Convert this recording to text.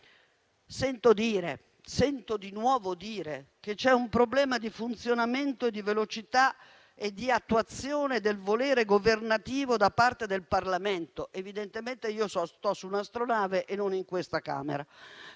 Sento di nuovo dire che c'è un problema di funzionamento di velocità e di attuazione del volere governativo da parte del Parlamento. Evidentemente io sto su un'astronave e non in questa Camera,